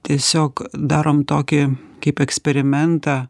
tiesiog darom tokį kaip eksperimentą